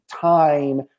time